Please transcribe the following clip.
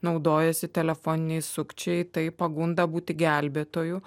naudojasi telefoniniai sukčiai tai pagunda būti gelbėtoju